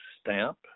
stamp